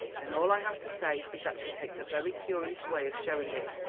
then all i have to say is that she takes a very curious way of showing it.